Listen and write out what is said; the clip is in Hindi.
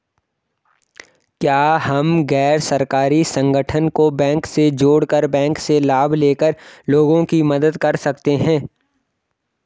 क्या हम गैर सरकारी संगठन को बैंक से जोड़ कर बैंक से लाभ ले कर लोगों की मदद कर सकते हैं?